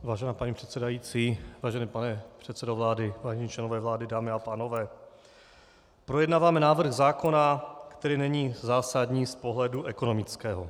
Vážená paní předsedající, vážený pane předsedo vlády, vážení členové vlády, dámy a pánové, projednáváme návrh zákona, který není zásadní z pohledu ekonomického.